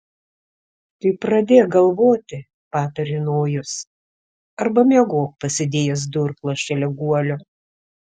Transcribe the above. tai pradėk galvoti patarė nojus arba miegok pasidėjęs durklą šalia guolio